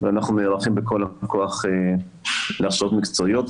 ואנחנו נערכים בכל הכוח להכשרות מקצועיות,